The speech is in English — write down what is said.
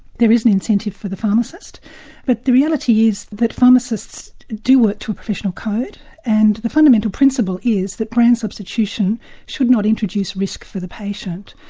there is an incentive for the pharmacist but the reality is that pharmacists do work to a professional code and the fundamental principle is that brand substitution should not introduce risk for the patient.